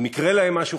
אם יקרה להם משהו,